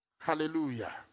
Hallelujah